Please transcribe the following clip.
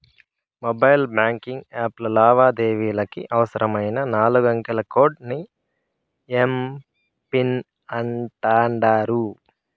mobile banking యాప్ల లావాదేవీలకి అవసరమైన నాలుగంకెల కోడ్ ని ఎమ్.పిన్ అంటాండారు